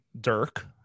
Dirk